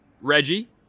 Reggie